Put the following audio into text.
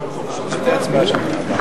עונש חובה למצית נכס ציבורי),